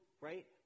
right